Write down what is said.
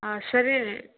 ಹಾಂ ಸರಿ ರಿ